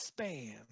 spam